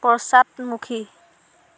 পশ্চাদমুখী